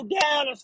down